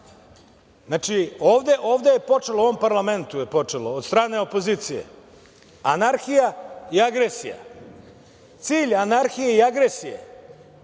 akt. Znači, ovde je počelo u ovom parlamentu je počelo od strane opozicije anarhija i agresija, cilj anarhije i agresije